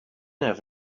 have